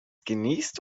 geniest